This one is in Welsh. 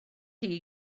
chi